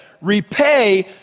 repay